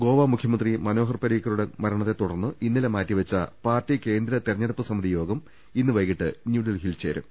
ഗോവ മുഖ്യമന്ത്രി മനോഹർ പരീക്കറുടെ മര ണത്തെ തുടർന്ന് ഇന്നലെ മാറ്റിവെച്ച പാർട്ടി കേന്ദ്രി തെരഞ്ഞെടുപ്പ് സമിതി യോഗം ഇന്ന് വൈകീട്ട് ന്യൂഡൽഹിയിൽ ചേരും